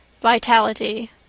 Vitality